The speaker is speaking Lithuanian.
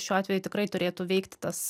šiuo atveju tikrai turėtų veikti tas